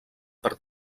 per